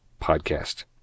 Podcast